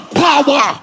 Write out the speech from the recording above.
power